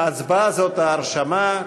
ההצבעה זאת ההרשמה.